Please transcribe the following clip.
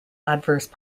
adverse